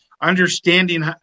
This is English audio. understanding